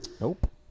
Nope